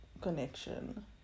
connection